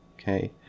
okay